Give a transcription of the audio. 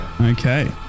okay